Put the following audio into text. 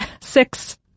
six